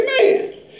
Amen